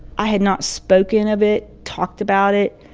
i had not spoken of it, talked about it